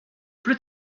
plus